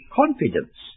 confidence